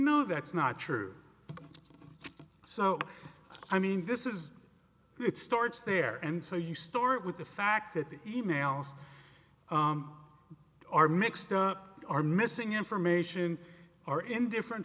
know that's not true so i mean this is it starts there and so you start with the fact that the emails are mixed up are missing information are in different